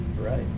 Right